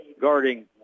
guarding